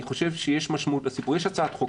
אני חושב שיש משמעות ל- -- יש הצעת חוק